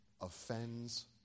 Offends